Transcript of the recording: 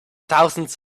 thousands